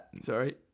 Sorry